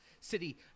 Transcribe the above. City